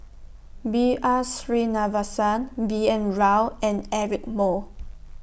B R Sreenivasan B N Rao and Eric Moo